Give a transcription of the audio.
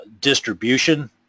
distribution